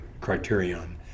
criterion